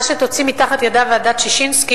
מה שתוציא מתחת ידה ועדת-ששינסקי,